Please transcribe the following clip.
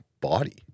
body